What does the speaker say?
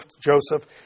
Joseph